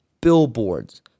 billboards